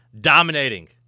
dominating